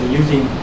using